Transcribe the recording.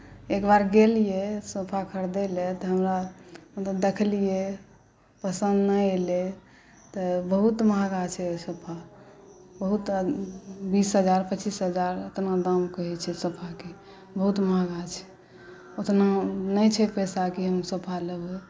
एक बार गेलियै सोफा खरीदय लेल तऽ हम देखलियै पसन्द नहि एलै तऽ बहुत महँगा छै ओ सोफा बीस हजार पच्चीस हजार एतना दाम कहैत छै सोफाके बहुत महँगा छै ओतना नहि छै पैसा कि हम सोफा लेबै